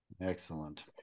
Excellent